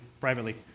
privately